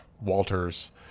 Walters